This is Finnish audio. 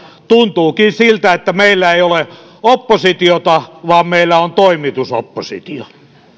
tuntuukin siltä että meillä ei ole oppositiota vaan meillä on toimitusoppositio